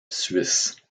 suisse